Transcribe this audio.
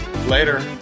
Later